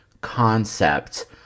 concept